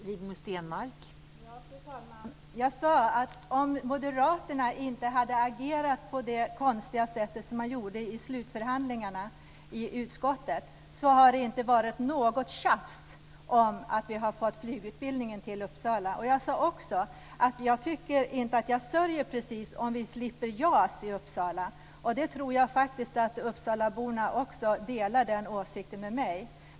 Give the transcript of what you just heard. Fru talman! Jag sade att om moderaterna inte hade agerat på det konstiga sätt som de gjorde i slutförhandlingarna i utskottet, hade det inte blivit något tjafs om att få flygutbildningen till Uppsala. Jag sade också att jag inte precis sörjer om vi slipper JAS i Uppsala. Det är en åsikt som jag tror att uppsalaborna delar med mig.